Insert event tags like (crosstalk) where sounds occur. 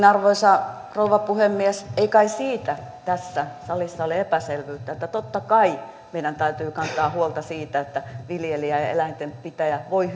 (unintelligible) arvoisa rouva puhemies ei kai siitä tässä salissa ole epäselvyyttä että totta kai meidän täytyy kantaa huolta siitä että viljelijä ja ja eläintenpitäjä voi (unintelligible)